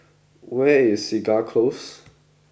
where is Segar Close